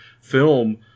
film